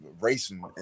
racing